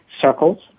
circles